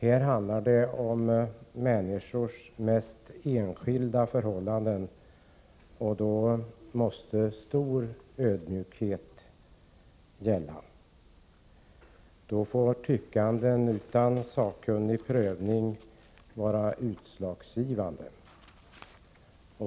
Det handlar om människors mest personliga förhållanden, och då måste stor ödmjukhet visas. Tyckanden utan sakkunnig prövning får i sådana situationer bli det utslagsgivande.